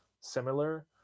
similar